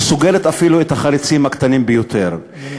שסוגרת אפילו את החריצים הקטנים ביותר.